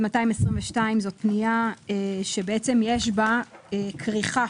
זו פנייה שיש בה כריכה